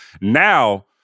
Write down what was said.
Now